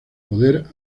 poder